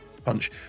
punch